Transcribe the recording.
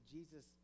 Jesus